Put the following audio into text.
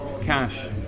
cash